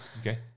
Okay